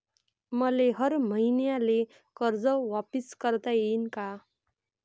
मले हर मईन्याले कर्ज वापिस करता येईन का?